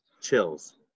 chills